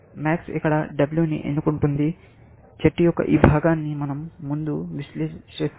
MAX ఇక్కడ W ని ఎన్నుకుంటుంది చెట్టు యొక్క ఈ భాగాన్ని మనం ముందు విశ్లేషిస్తాము